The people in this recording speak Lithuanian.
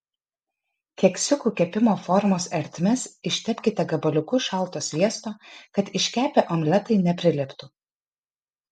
keksiukų kepimo formos ertmes ištepkite gabaliuku šalto sviesto kad iškepę omletai nepriliptų